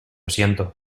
siento